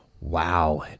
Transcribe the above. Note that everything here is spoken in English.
wow